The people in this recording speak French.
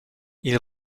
ils